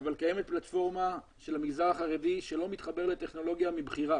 אבל קיימת פלטפורמה של המגזר החרדי שלא מתחברת לטכנולוגיה מבחירה